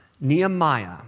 Nehemiah